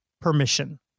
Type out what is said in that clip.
permission